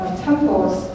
temples